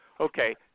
Okay